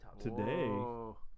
today